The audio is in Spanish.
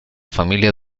familia